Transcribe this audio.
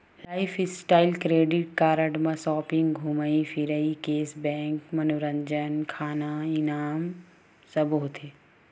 lifestyle credit card म shopping, धूमई फिरई, केस बेंक, मनोरंजन, खाना, इनाम सब्बो होथे